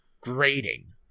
grating